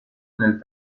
nel